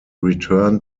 return